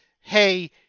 hey